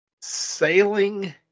sailing